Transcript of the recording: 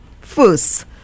First